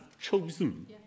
chosen